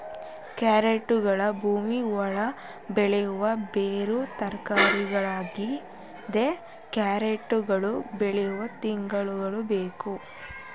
ಕ್ಯಾರೆಟ್ಗಳು ಭೂಮಿ ಒಳಗೆ ಬೆಳೆಯುವ ಬೇರು ತರಕಾರಿಯಾಗಿದೆ ಕ್ಯಾರೆಟ್ ಗಳು ಬೆಳೆಯಲು ತಿಂಗಳುಗಳು ಬೇಕು